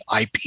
IP